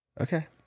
Okay